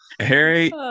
Harry